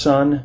Son